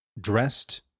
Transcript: Dressed